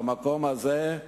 במקום הזה,